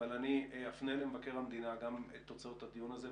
אבל אני אפנה למבקר המדינה גם את תוצאות הדיון הזה.